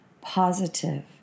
positive